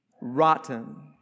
rotten